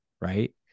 right